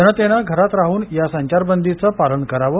जनतेने घरात राहन या संचारबंदीचं पालन करावं